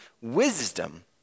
wisdom